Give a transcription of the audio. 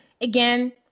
again